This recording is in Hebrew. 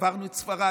עברנו את ספרד,